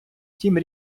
тім